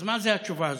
אז מה זו התשובה הזאת?